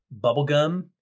bubblegum